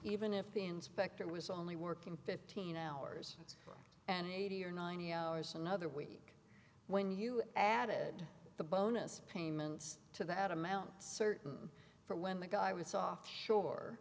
even if the inspector was only working fifteen hours and eighty or ninety hours another week when you added the bonus payments to the add amount certain for when the guy was off shore